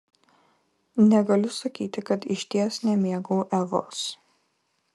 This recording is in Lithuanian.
negaliu sakyti kad išties nemėgau evos